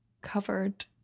covered